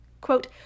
Quote